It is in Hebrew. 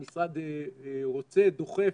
המשרד רוצה, דוחף